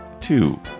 two